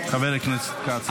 חבר הכנסת כץ.